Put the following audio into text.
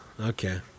okay